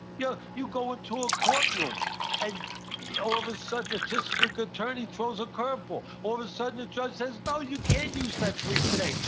yeah you go into a courtroom and you know of a sudden the district attorney throws a curve ball, all of a sudden the judge says, no, you can't use that brief today.